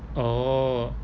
oh